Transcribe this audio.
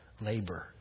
labor